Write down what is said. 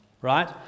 right